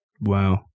Wow